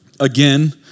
Again